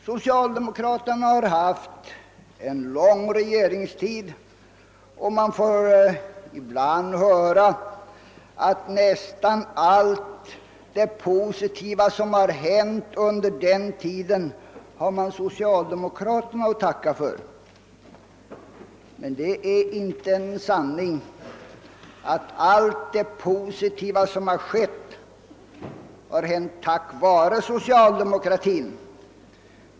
Socialdemokraterna har haft en lång regeringstid, och man får ibland höra att vi har dem att tacka för nästan allt det positiva som hänt under denna tid. Men det är inte sant att allt det positiva som skett blivit verklighet tack vare socialdemokratin.